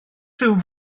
rhyw